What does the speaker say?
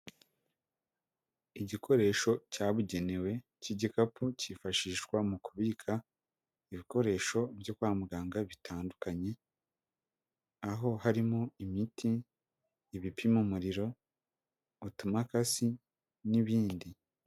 Igikoresho cyabugenewe k'igikapu kifashishwa mu kubika ibikoresho byo kwa muganga, bitandukanye aho harimo imiti, ibipima umuriro utumakasi n'ibindi.